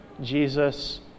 Jesus